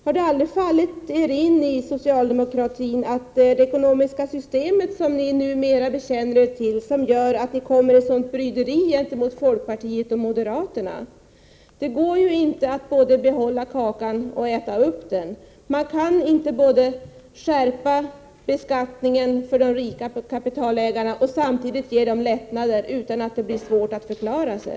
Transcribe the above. Har det aldrig fallit er in i socialdemokratin att det är detta ekonomiska system som gör att ni råkar i sådant bryderi gentemot folkpartiet och moderaterna? Det går inte att både behålla kakan och äta upp den. Man kan inte både skärpa beskattningen för de rika kapitalägarna och samtidigt ge dem lättnader utan att det blir svårt att förklara sig.